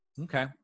Okay